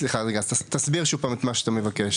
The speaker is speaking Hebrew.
סליחה, רגע, תסביר שוב פעם את מה שאתה מבקש.